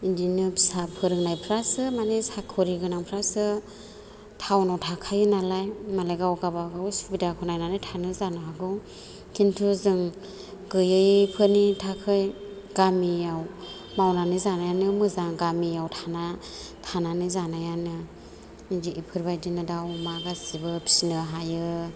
बिदिनो फिसा फोरोंनायफोरासो माने साख'रि गोनांफोरासो टाउनआव थाखायो नालाय मालाय गाव गावबागाव सुबिदाखौ नायनानै थानाय जानो हागौ किन्थु जों गैयैफोरनि थाखाय गामियाव मावनानै जानायानो मोजां गामियाव थानानै जानायानो बेफोरबायदिनो दाउ अमा गासैबो फिसिनो हायो